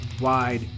wide